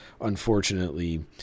unfortunately